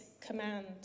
command